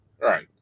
Right